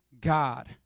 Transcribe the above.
God